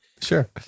Sure